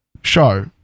show